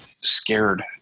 scared